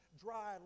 dry